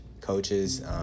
coaches